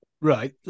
Right